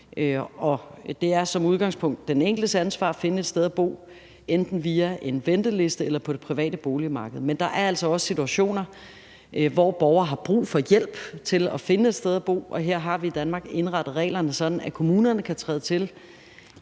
Det er som udgangspunkt den enkeltes ansvar at finde et sted at bo, enten via en venteliste eller på det private boligmarked. Men der er altså også situationer, hvor borgere har brug for hjælp til at finde et sted at bo, og her har vi i Danmark indrettet reglerne sådan, at kommunerne kan træde til,